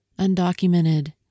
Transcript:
Undocumented